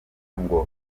ngo